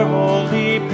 holy